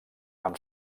amb